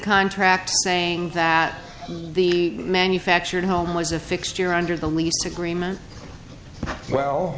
contract saying that the manufactured home was a fixed year under the lease agreement well